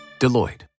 Deloitte